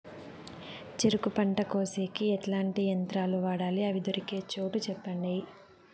చెరుకు పంట కోసేకి ఎట్లాంటి యంత్రాలు వాడాలి? అవి దొరికే చోటు చెప్పండి?